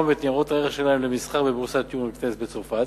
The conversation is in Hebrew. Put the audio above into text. את ניירות הערך שלהן למסחר בבורסת יורונקסט בצרפת,